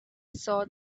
saw